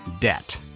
Debt